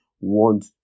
want